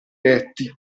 letti